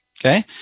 Okay